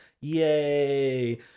yay